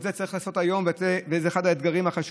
את זה צריך לעשות היום, וזה אחד האתגרים החשובים.